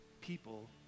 people